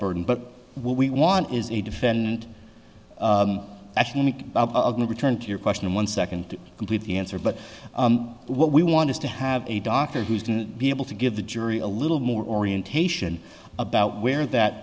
burden but what we want is a defendant actually return to your question and one second to complete the answer but what we want is to have a doctor who's going to be able to give the jury a little more orientation about where that